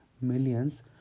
Millions